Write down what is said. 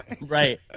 right